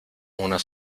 unas